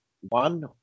one